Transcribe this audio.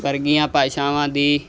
ਵਰਗੀਆਂ ਭਾਸ਼ਾਵਾਂ ਦੀ